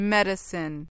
Medicine